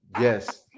yes